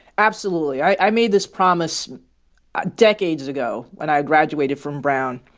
absolutely. i made this promise decades ago when i had graduated from brown.